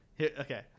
okay